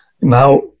now